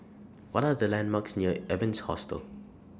What Are The landmarks near Evans Hostel